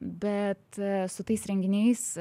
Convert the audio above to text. bet su tais renginiais